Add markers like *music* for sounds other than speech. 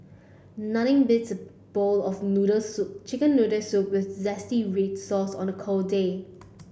nothing beats a bowl of noodle soup chicken noodles with *unintelligible* read sauce on a cold day